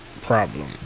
problem